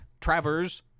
Travers